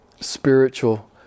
spiritual